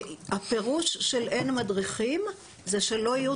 הפירוש של זה שאין מדריכים הוא שלא יהיו